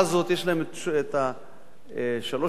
יש להם שלוש המלים האלו כל הזמן,